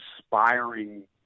inspiring